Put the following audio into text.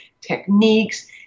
techniques